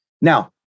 Now